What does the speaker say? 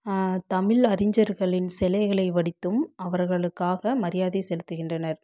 தமிழ் அறிஞர்களின் சிலைகளை வடித்தும் அவர்களுக்காக மரியாதை செலுத்துகின்றனர்